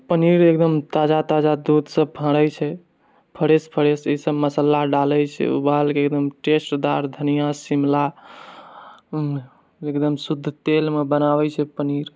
पनीर एकदम ताजा ताजा दूधसे फाड़ैत छै फ्रेश फ्रेश इसब मस्सला डाले छै उबालके एकदम टेस्टदार धनिया शिमला एकदम शुद्ध तेलमे बनाबए छै पनीर